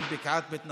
של בקעת בית נטופה,